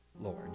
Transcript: Lord